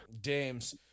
Dames